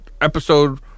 episode